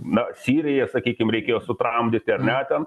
na siriją sakykim reikėjo sutramdyti ar ne ten